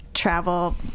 travel